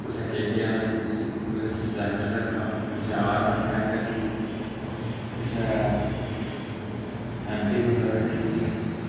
कुसै K T M लैती कुसै स्पलैंडर रक्खा कुसै आर वन फाईफ रक्खी कुसै ऐम टी पंदरां रक्खी